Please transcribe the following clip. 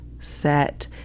set